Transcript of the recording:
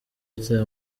ute